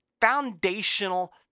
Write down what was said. foundational